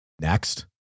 Next